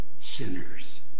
sinners